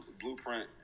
blueprint